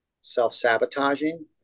self-sabotaging